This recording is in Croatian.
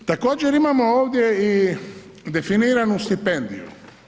Također imamo ovdje i definiranu stipendiju.